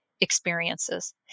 experiences